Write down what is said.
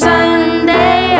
Sunday